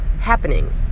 happening